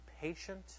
patient